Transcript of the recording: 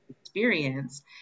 experience